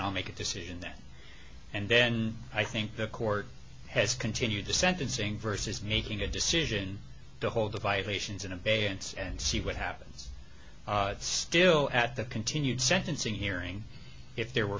i'll make a decision that and then i think the court has continued to sentencing versus making a decision to hold the violations in abeyance and see what happens still at the continued sentencing hearing if there were